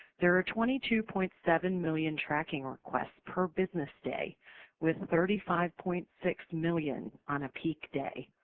there are twenty two point seven million tracking requests per business day with thirty five point six million on a peak day.